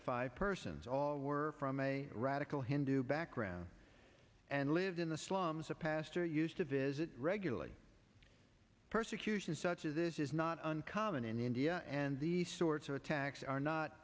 five persons all were from a radical hindu background and lived in the slums a pastor used to visit regularly persecution such as this is not uncommon in india and these sorts of attacks are not